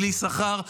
בלי שכר,